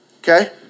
Okay